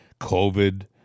COVID